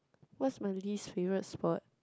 what's my least favourite sport